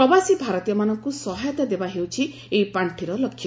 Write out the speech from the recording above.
ପ୍ରବାସୀ ଭାରତୀୟମାନଙ୍କୁ ସହାୟତା ଦେବା ହେଉଛି ଏହି ପାର୍ଷିର ଲକ୍ଷ୍ୟ